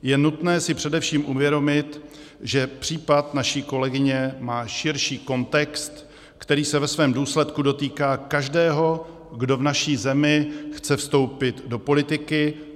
Je nutné si především uvědomit, že případ naší kolegyně má širší kontext, který se ve svém důsledku dotýká každého, kdo v naší zemi chce vstoupit do politiky.